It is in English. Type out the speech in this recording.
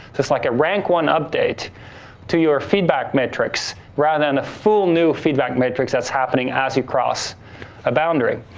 just like a rank one update to your feedback metrics, rather than a full new feedback metrics that's happening as you cross a boundary.